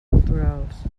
culturals